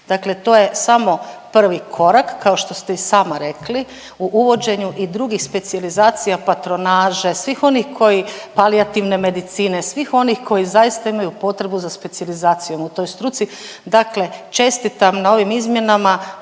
Dakle to je samo prvi korak kao što ste i sama rekli u uvođenju i drugih specijalizacija, patronaže, svih onih koji palijativne medicine, svih onih koji zaista imaju potrebu za specijalizacijom u toj struci. Dakle čestitam na ovim izmjenama,